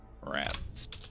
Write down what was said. Rats